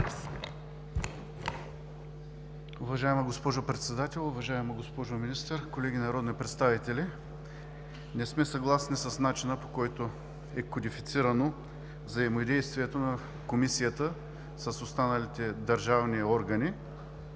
Уважаема госпожо Председател, уважаема госпожо Министър, колеги народни представители! Не сме съгласни с начина, по който е кодифицирано взаимодействието на Комисията с останалите държавни органи